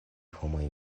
homoj